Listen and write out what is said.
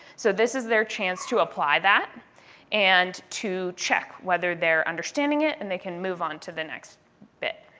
so this is their chance to apply that and to check whether they're understanding it and they can move on to the next bit.